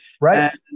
Right